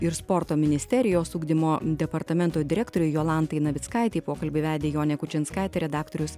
ir sporto ministerijos ugdymo departamento direktorei jolantai navickaitei pokalbį vedė jonė kučinskaitė redaktorius